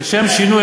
לשם שינוי,